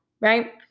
right